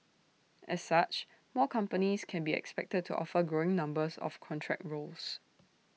as such more companies can be expected to offer growing numbers of contract roles